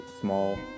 small